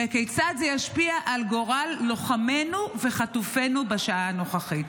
כיצד זה ישפיע על גורל לוחמינו וחטופינו בשעה הנוכחית?